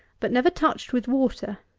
but never touched with water.